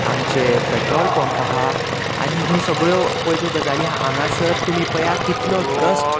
आमचे petrol pump आहा आनी ह्यो सगळ्यो पय ज्यो गजाली आहा हांगासर तुमी पया कितलो डस्ट